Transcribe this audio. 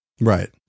Right